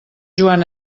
joan